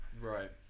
right